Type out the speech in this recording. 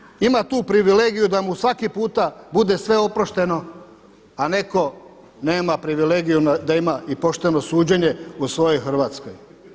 Zašto neko ima tu privilegiju da mu svaki puta bude sve oprošteno, a neko nema privilegiju da ima i pošteno suđenje u svojoj Hrvatskoj?